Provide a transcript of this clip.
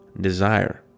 Desire